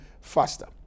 faster